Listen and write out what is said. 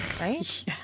right